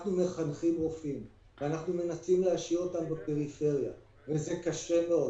אנחנו מחנכים רופאים ומנסים להשאיר אותם בפריפריה וזה קשה מאוד.